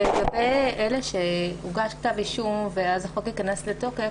לגבי אלה שהוגש כבר כתב אישום ואז החוק ייכנס לתוקף,